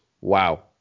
wow